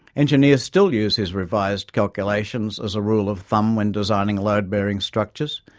engineers still use his revised calculations as a rule of thumb when designing load-bearing structures.